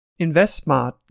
InvestSmart